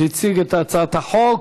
שהציג את הצעת החוק.